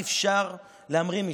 אי-אפשר כבר להמריא משם.